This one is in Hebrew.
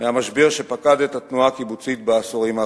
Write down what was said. מהמשבר שפקד את התנועה הקיבוצית בעשורים האחרונים.